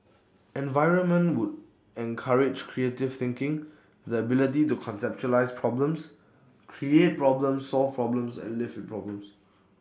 environment would encourage creative thinking the ability to conceptualise problems create problems solve problems and live with problems